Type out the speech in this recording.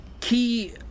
key